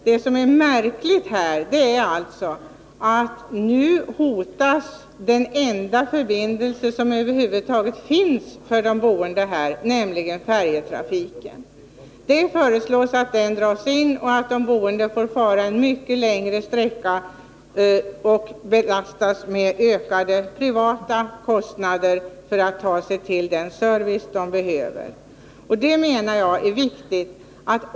Det märkliga här är att nu hotas den enda förbindelse som över huvud taget finns för de boende här, nämligen färjetrafiken. Det föreslås nu att den skall dras in, varigenom de boende får fara en mycket längre sträcka och belastas med ökade privata kostnader för att ta sig till den service de behöver.